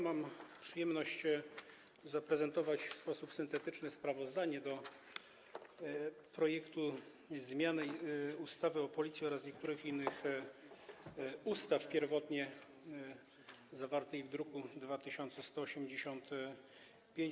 Mam przyjemność zaprezentować w sposób syntetyczny sprawozdanie o projekcie zmiany ustawy o Policji oraz niektórych innych ustaw, pierwotnie zawartym w druku nr 2185.